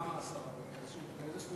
בכמה השר, באיזה סכום?